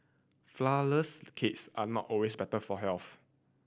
flourless cakes are not always better for health